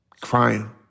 crying